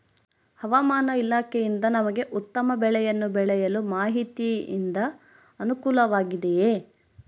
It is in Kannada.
ಹವಮಾನ ಇಲಾಖೆಯಿಂದ ನಮಗೆ ಉತ್ತಮ ಬೆಳೆಯನ್ನು ಬೆಳೆಯಲು ಮಾಹಿತಿಯಿಂದ ಅನುಕೂಲವಾಗಿದೆಯೆ?